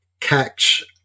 Catch